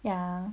ya